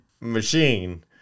machine